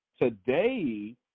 Today